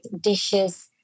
dishes